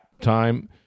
time